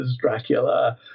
Dracula